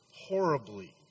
horribly